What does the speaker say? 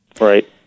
Right